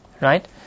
right